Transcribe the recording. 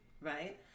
right